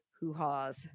hoo-haws